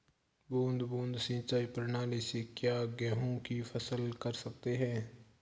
बूंद बूंद सिंचाई प्रणाली से क्या गेहूँ की फसल कर सकते हैं?